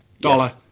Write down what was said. Dollar